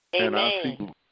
Amen